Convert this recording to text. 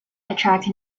attract